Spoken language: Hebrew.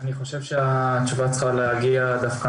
אני חושב שהתשובה צריכה להגיע דווקא